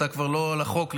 שאתה כבר לא על החוק,